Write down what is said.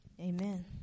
Amen